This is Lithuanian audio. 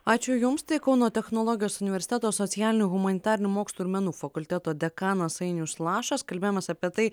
ačiū jums tai kauno technologijos universiteto socialinių humanitarinių mokslų ir menų fakulteto dekanas ainius lašas kalbėjomės apie tai